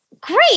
great